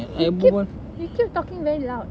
you keep you keep talking very loud